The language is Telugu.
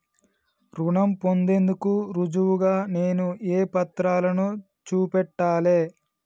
రుణం పొందేందుకు రుజువుగా నేను ఏ పత్రాలను చూపెట్టాలె?